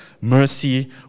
mercy